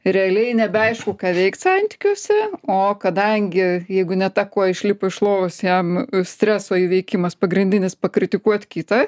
realiai nebeaišku ką veikt santykiuose o kadangi jeigu ne ta koja išlipo iš lovos jam streso įveikimas pagrindinis pakritikuot kitą